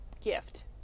gift